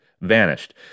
vanished